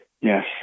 Yes